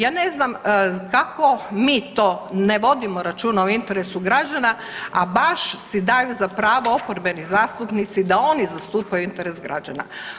Ja ne znam kako mi to ne vodimo računa o interesu građana, a baš si daju za pravo oporbeni zastupnici da oni zastupaju interes građana.